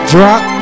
Drop